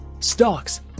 Stocks